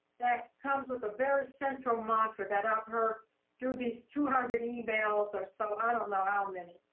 that comes with a very central mantra that i've heard through these two hundred emails or so, i don't know how many.